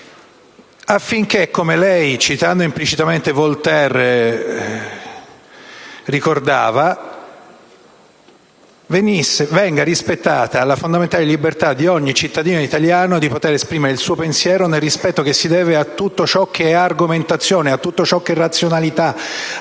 affinché - come lei ricordava, citando implicitamente Voltaire - venga rispettata la fondamentale libertà di ogni cittadino italiano di poter esprimere il suo pensiero nel rispetto che si deve a tutto ciò che è argomentazione, a tutto ciò che è razionalità,